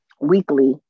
weekly